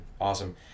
Awesome